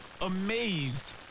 amazed